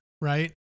Right